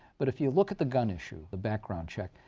but if you look at the gun issue, the background check,